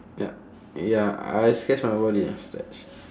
ya ya I stretch my body stretch